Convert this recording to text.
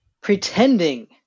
pretending